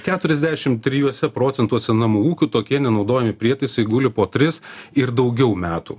keturiasdešim trijuose procentuose namų ūkių tokie nenaudojami prietaisai guli po tris ir daugiau metų